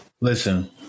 Listen